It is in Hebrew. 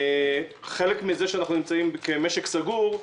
חלק מזה שאנחנו נמצאים כמשק סגור,